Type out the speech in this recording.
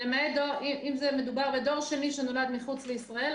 אם מדובר בדור שני שנולד מחוץ לישראל,